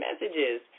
messages